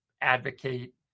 advocate